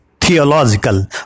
theological